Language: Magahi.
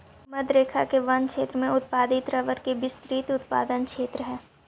भूमध्य रेखा के वन क्षेत्र में उत्पादित रबर के विस्तृत उत्पादन क्षेत्र हइ